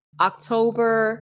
October